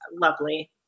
lovely